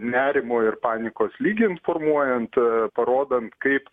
nerimo ir panikos lygį informuojant parodant kaip